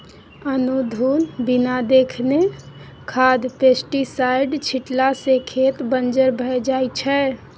अनधुन बिना देखने खाद पेस्टीसाइड छीटला सँ खेत बंजर भए जाइ छै